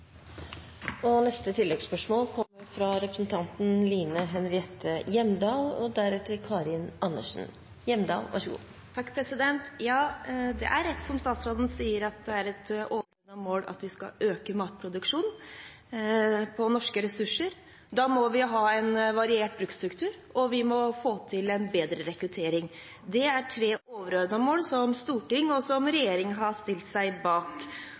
Line Henriette Hjemdal – til oppfølgingsspørsmål. Det er rett som statsråden sier, at det er et overordnet mål at vi skal øke matproduksjonen av norske ressurser. Da må vi ha en variert bruksstruktur, og vi må få til en bedre rekruttering. Dette er overordnede mål som Stortinget og regjeringen har stilt seg bak.